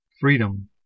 freedom